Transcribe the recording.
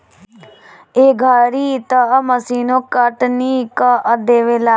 ए घरी तअ मशीनो कटनी कअ देवेला